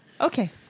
Okay